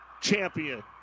champion